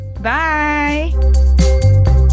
bye